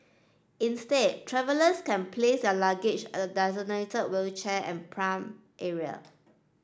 instead travellers can place their luggage at the designated wheelchair and pram area